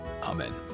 Amen